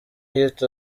hit